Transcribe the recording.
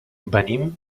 venim